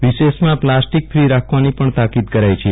વિશેષમાં plastic fee રાખવાની પણ તાકીદ કરાઈ છે